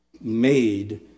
made